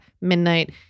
midnight